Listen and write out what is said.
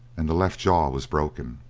and the left jaw was broken.